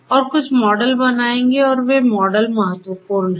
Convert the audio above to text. और कुछ मॉडल बनाएंगे और वे मॉडल महत्वपूर्ण हैं